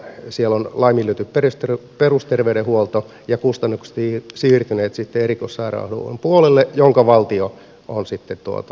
siellä on laiminlyöty perusterveydenhuolto ja kustannukset ovat siirtyneet sitten erikoissairaanhoidon puolelle jonka valtio on sitten tuottanut ja kustantanut